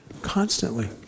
Constantly